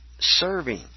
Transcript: serving